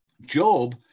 Job